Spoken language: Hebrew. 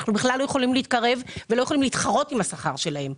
אנחנו בכלל לא יכולים להתקרב ולא יכולים להתחרות עם השכר שלהם.